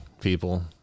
people